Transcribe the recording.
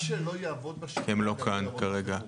מה שלא יעבוד בשגרה גם לא יעבוד בחירום.